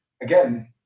again